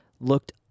looked